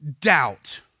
doubt